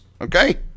Okay